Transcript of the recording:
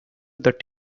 that